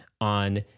on